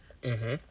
mmhmm